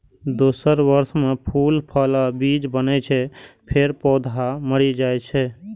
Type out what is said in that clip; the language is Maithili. दोसर वर्ष मे फूल, फल आ बीज बनै छै, फेर पौधा मरि जाइ छै